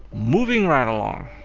moving right along.